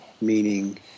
meaning